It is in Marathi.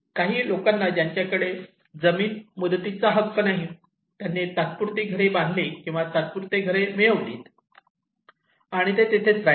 काही लोकांना ज्यांच्याकडे जमीन मुदतीचा हक्क नाही त्यांनी तात्पुरती घरे बांधली किंवा तात्पुरती घरे मिळाली आणि तिथेच राहिले